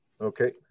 okay